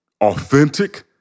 authentic